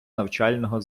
навчального